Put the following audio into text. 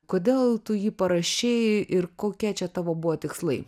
kodėl tu jį parašei ir kokie čia tavo buvo tikslai